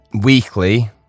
weekly